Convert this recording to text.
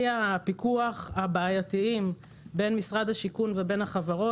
הפיקוח הבעייתיים בין משרד השיכון לבין החברות.